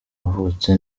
wavutse